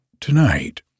tonight